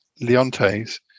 leontes